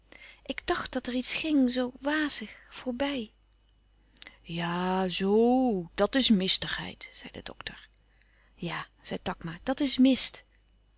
ik dacht dat er iets ging zoo wazig voorbij ja zo dat is mistigheid zei de dokter ja zei takma dat is mist